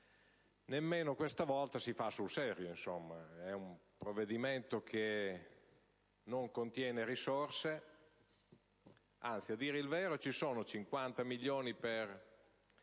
nemmeno questa volta si fa sul serio: è un provvedimento che non contiene risorse. Anzi, a dire il vero stanzia 50 milioni per